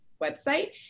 website